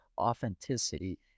authenticity